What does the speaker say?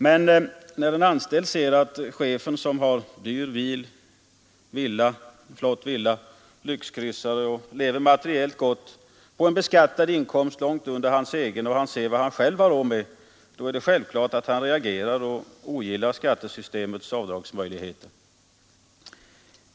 Men när en anställd ser att chefen som har dyr bil, flott villa och lyxkryssare och lever materiellt gott på en beskattad inkomst långt under hans egen och han ser vad han själv har råd med, då är det självklart att han reagerar och ogillar skattesystemets avdragsmöjligheter.